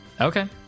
Okay